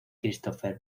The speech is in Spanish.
christopher